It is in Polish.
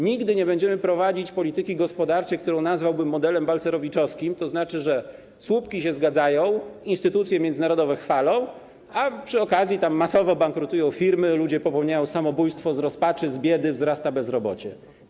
Nigdy nie będziemy prowadzić polityki gospodarczej, którą nazwałbym modelem balcerowiczowskim, tzn. takiej, że słupki się zgadzają, instytucje międzynarodowe chwalą, a przy okazji masowo bankrutują firmy, ludzie popełniają samobójstwa z rozpaczy, z biedy, wzrasta bezrobocie.